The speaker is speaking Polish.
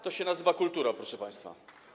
To się nazywa kultura, proszę państwa.